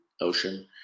ocean